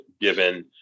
given